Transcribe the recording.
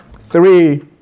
three